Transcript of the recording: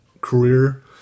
career